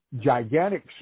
gigantic